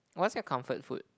what's your comfort food